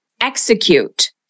execute